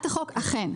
אכן.